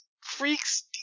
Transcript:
freaks